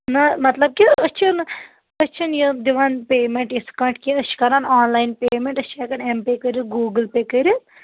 نہ مطلب کہِ أسۍ چھِنہٕ أسۍ چھِنہٕ یہِ دِوان پیمٮ۪نٛٹ یِتھ کأٹھۍ کہِ أسۍ چھِ کران آن لاین پیمٮ۪نٛٹ أسۍ چھِ ہٮ۪کان اٮ۪م پے کٔرِتھ گوٗگٕل پے کٔرِتھ